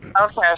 Okay